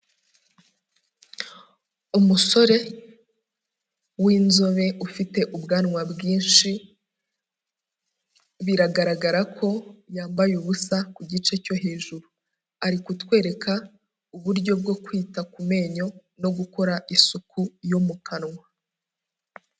Umusore w'inzobe ufite ubwanwa bwinshi, biragaragara ko yambaye ubusa ku gice cyo hejuru, ari kutwereka uburyo bwo kwita ku menyo no gukora isuku yo mu kanwa.